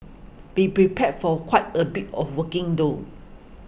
be prepared for quite a bit of walking though